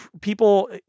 people